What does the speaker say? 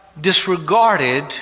disregarded